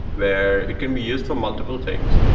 where it can be used for multiple things.